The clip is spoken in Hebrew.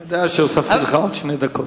אתה יודע שהוספתי לך עוד שתי דקות.